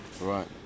Right